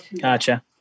Gotcha